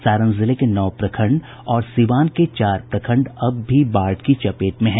सारण जिले के नौ प्रखंड और सीवान के चार प्रखंड अब भी बाढ़ की चपेट में हैं